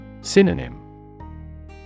Synonym